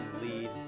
lead